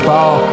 Ball